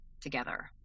together